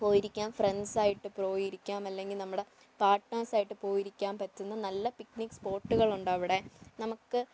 പോയി ഇരിക്കാം ഫ്രണ്ട്സ് ആയിട്ട് പോയിരിക്കാം അല്ലെങ്കിൽ നമ്മുടെ പാട്നേഴ്സായിട്ട് പോയിരിക്കാൻ പറ്റുന്ന നല്ല പിക്ക്നിക്ക് സ്പോട്ടുകളുണ്ട് അവിടെ നമുക്ക്